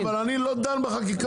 בסדר, אבל אני לא דן בחקיקה.